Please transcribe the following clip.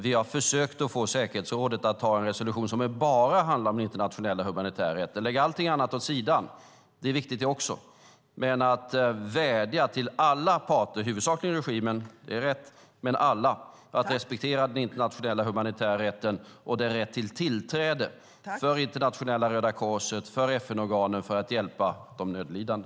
Vi har försökt få säkerhetsrådet att anta en resolution som bara handlar om den internationella humanitära rätten, att lägga allt annat åt sidan även om det är viktigt, och vädja till alla parter, huvudsakligen regimen, att respektera den internationella humanitära rätten och rätten till tillträde för Internationella Röda Korset och för FN-organen för att hjälpa de nödlidande.